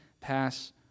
pass